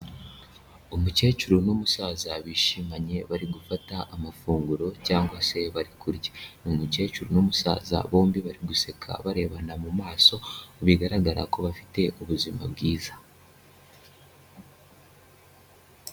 Umukecuru n'umusaza bishimanye, bari gufata amafunguro cyangwa se bari kurya. Uyu mukecuru n'umusaza bombi bari guseka barebana mu maso, bigaragara ko bafite ubuzima bwiza.